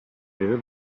you